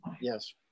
Yes